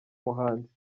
muhanzi